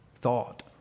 thought